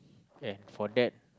ya for that